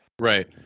right